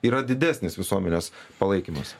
yra didesnis visuomenės palaikymas